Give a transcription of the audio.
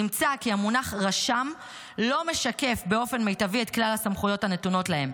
נמצא כי המונח "רשם" לא משקף באופן מיטבי את כלל הסמכויות הנתונות להם.